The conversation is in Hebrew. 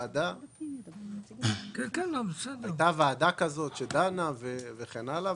הייתה ועדה כזו שדנה וכן הלאה,